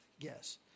Yes